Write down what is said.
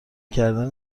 کردن